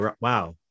wow